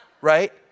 right